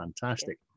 fantastic